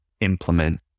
implement